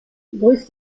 grüß